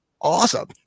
awesome